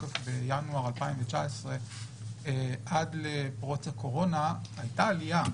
לתוקף בינואר 2019 עד לפרוץ הקורונה הייתה עלייה.